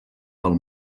del